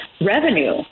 revenue